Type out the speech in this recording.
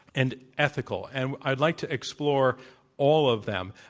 and ethical. and i'd like to explore all of them.